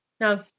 no